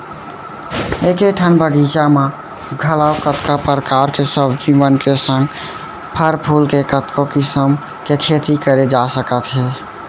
एके ठन बगीचा म घलौ कतको परकार के सब्जी पान के संग फर फूल के कतको किसम के खेती करे जा सकत हे